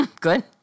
Good